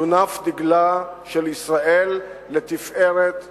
יונף דגלה של ישראל לתפארת המדינה.